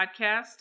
podcast